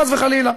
חס וחלילה,